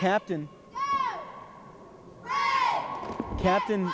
captain captain